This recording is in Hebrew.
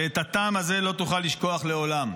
ואת הטעם הזה לא תוכל לשכוח לעולם.